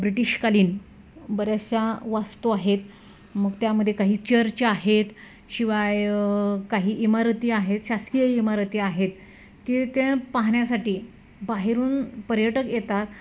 ब्रिटीशकालीन बऱ्याचशा वास्तू आहेत मग त्यामध्ये काही चर्च आहेत शिवाय काही इमारती आहेत शासकीय इमारती आहेत की त्या पाहण्यासाठी बाहेरून पर्यटक येतात